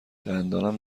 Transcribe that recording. دندانم